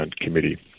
committee